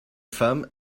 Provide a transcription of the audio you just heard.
femmes